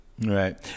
Right